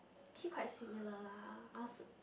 actually quite similar lah I also